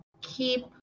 keep